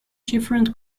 different